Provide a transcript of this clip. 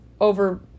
over